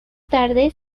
tarde